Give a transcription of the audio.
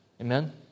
Amen